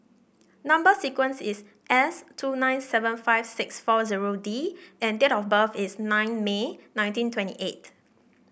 number sequence is S two nine seven five six four zero D and date of birth is nine May nineteen twenty eight